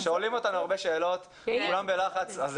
שואלים אותנו הרבה שאלות, כולם בלחץ.